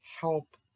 help